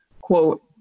Quote